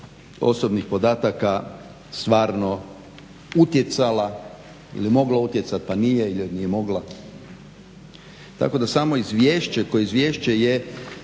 osobnih podataka stvarno utjecala, ili mogla utjecat pa nije, ili nije mogla. Tako da smo izvješće kao izvješće je